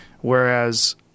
Whereas